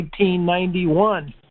1991